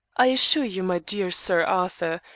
i assure you, my dear sir arthur,